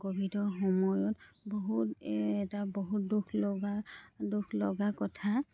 ক'ভিডৰ সময়ত বহুত এটা বহুত দুখ লগা দুখ লগা কথা